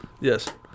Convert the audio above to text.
Yes